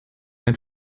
ein